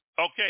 Okay